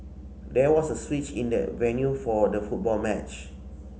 there was a switch in the venue for the football match